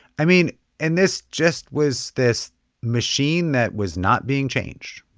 i mean and this just was this machine that was not being changed.